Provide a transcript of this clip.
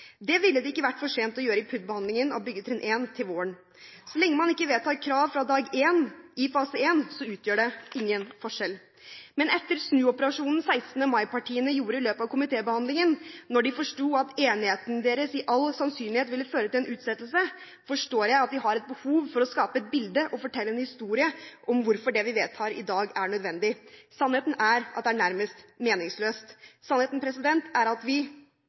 Det ville det ikke vært for sent å gjøre i PUD-behandlingen av byggetrinn 1 til våren. Så lenge man ikke vedtar krav fra dag én i fase en, utgjør det ingen forskjell. Men etter snuoperasjonen som 16. mai-partiene gjorde i løpet av komitébehandlingen, da de forsto at enigheten deres med all sannsynlighet ville føre til en utsettelse, forstår jeg at de har et behov for å skape et bilde og fortelle en historie om hvorfor det vi vedtar i dag, er nødvendig. Sannheten er at det er nærmest meningsløst. Sannheten er at forslaget vi